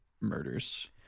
murders